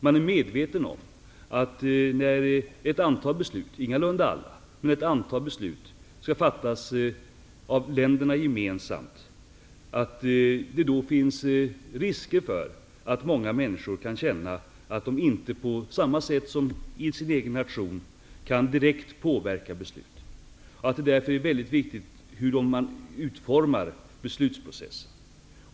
Man är medveten om att det, när ett antal beslut, ingalunda alla, skall fattas av länderna gemensamt, finns risker för att många människor känner att de inte på samma sätt som inom sin egen nation direkt kan påverka besluten. Därför är detta väldigt viktigt att beakta vid utformningen av beslutsprocessen.